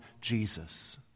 Jesus